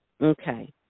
Okay